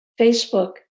Facebook